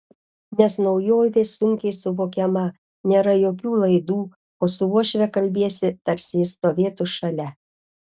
nes naujovė sunkiai suvokiama nėra jokių laidų o su uošve kalbiesi tarsi ji stovėtų šalia